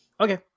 Okay